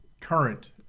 current